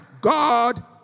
God